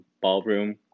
ballroom